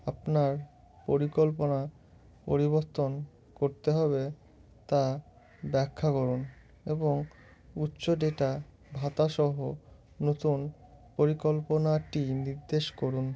আপনার পরিকল্পনা পরিবর্তন করতে হবে তা ব্যাখ্যা করুন এবং উচ্চ ডেটা ভাতাসহ নতুন পরিকল্পনাটি নির্দেশ করুন